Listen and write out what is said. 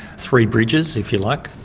three bridges, if you like,